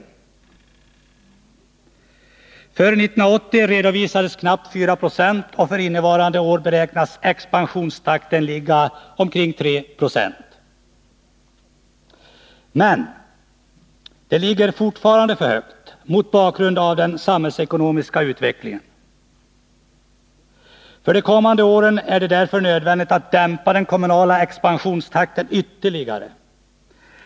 För 1980 redovisades knappt 4 2 och för innevarande år beräknas expansionstakten ligga under 3 20. Men den ligger fortfarande för högt, mot bakgrund av den samhällsekonomiska utvecklingen. För de kommande åren är det därför nödvändigt att dämpa den kommunala expansionstakten ytterligare.